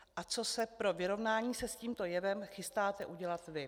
A co se pro vyrovnání se s tímto jevem chystáte udělat vy?